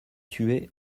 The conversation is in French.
tué